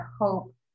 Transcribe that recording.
hope